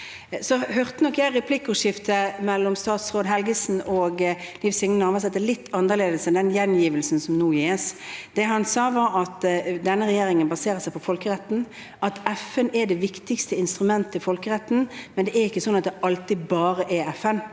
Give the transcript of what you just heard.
Jeg hørte nok replikkordskiftet mellom statsråd Helgesen og Liv Signe Navarsete litt annerledes enn den gjengivelsen som nå ble gitt. Det han sa, var at denne regjeringen baserer seg på folkeretten, at FN er det viktigste instrumentet for folkeretten. Det er ikke slik at det alltid bare er FN.